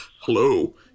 Hello